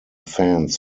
fans